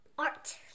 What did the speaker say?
art